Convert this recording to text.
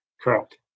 Correct